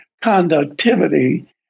conductivity